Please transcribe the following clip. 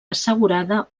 assegurada